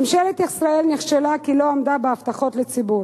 ממשלת ישראל נכשלה, כי לא עמדה בהבטחות לציבור,